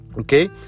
Okay